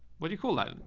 what do you call that?